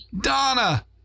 Donna